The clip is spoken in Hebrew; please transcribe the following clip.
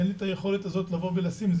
אין לי את היכולת הזאת לשים את התקציב.